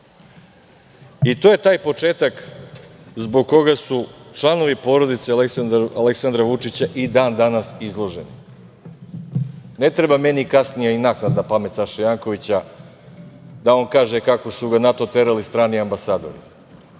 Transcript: je taj početak zbog koga su članovi porodice Aleksandra Vučića i dan danas izloženi. Ne treba meni kasnije i naknadna pamet Saše Jankovića da on kaže kako su ga na to terali strani ambasadori.